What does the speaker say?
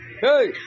Hey